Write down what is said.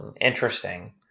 Interesting